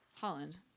Holland